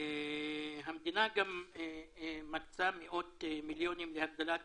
המדינה מקצה מאות מיליונים להגדלת